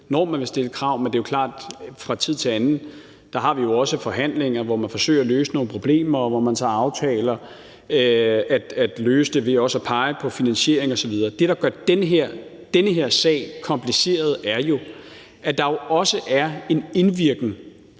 når man vil stille krav, men det er klart, at fra tid til anden har vi jo også forhandlinger, hvor man forsøger at løse nogle problemer, og hvor man så aftaler at løse dem ved også at pege på finansiering osv. Det, der gør den her sag kompliceret, er jo, at der også er en indvirkning